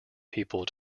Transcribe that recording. people